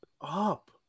up